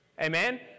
Amen